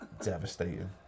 devastating